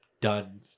done